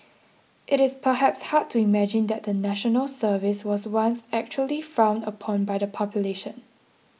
it is perhaps hard to imagine that the National Service was once actually frowned upon by the population